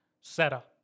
setup